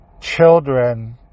children